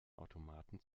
automaten